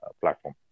platform